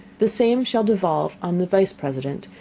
the same shall devolve on the vice president,